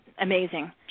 amazing